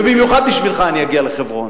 ובמיוחד בשבילך אני אגיע לחברון.